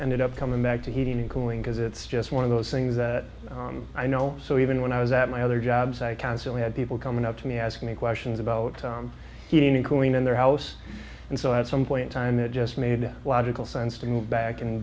ended up coming back to heating and cooling because it's just one of those things that i know so even when i was at my other jobs i constantly had people coming up to me asking me questions about heating and cooling in their house and so at some point in time it just made logical sense to go back and